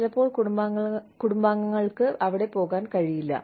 ചിലപ്പോൾ കുടുംബങ്ങൾക്ക് അവിടെ പോകാൻ കഴിയില്ല